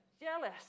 jealous